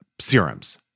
serums